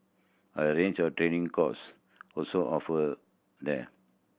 a range of training courses also offered there